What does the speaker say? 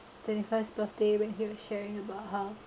twenty first birthday when he was sharing about how